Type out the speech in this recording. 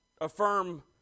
affirm